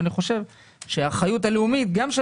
אני חושב שהאחריות הלאומית גם של